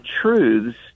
truths